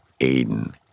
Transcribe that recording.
Aiden